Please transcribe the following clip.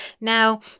Now